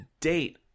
date